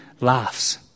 laughs